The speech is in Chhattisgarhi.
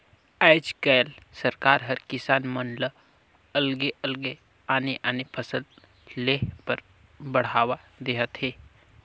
आयज कायल सरकार हर किसान मन ल अलगे अलगे आने आने फसल लेह बर बड़हावा देहत हे